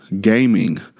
gaming